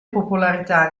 popolarità